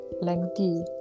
lengthy